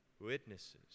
Witnesses